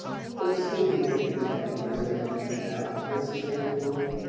there were so many things our mothers never found out, the princess rambled on,